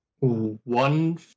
One